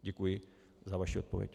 Děkuji za vaši odpověď.